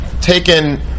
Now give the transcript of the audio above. taken